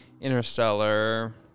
Interstellar